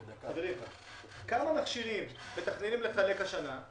חברים, כמה מכשירים מתכננים לחלק השנה,